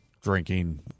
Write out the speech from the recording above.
drinking